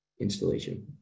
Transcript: installation